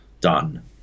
done